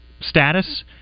status